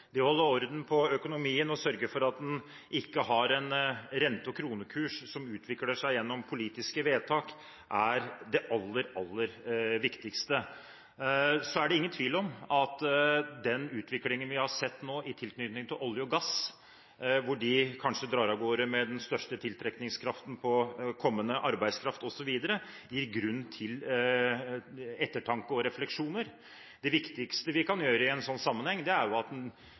Det å holde orden på økonomien og sørge for at den ikke har en rente- og kronekurs som utvikler seg gjennom politiske vedtak, er det aller, aller viktigste. Det er ingen tvil om at den utviklingen vi har sett nå i tilknytning til olje og gass, hvor de kanskje drar av gårde med den største tiltrekningskraften på kommende arbeidskraft osv., gir grunn til ettertanke og refleksjoner. Det viktigste vi kan gjøre i en sånn sammenheng, er at